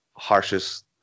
harshest